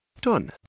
Done